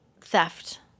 theft